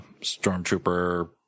Stormtrooper